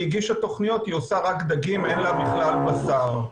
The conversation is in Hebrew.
הגישה תוכניות והיא מבשלת רק דגים ואין לה בכלל בשר.